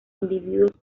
individuos